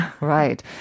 Right